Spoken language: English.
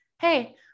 Hey